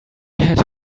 had